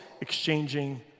exchanging